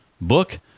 book